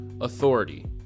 authority